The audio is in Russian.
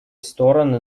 стороны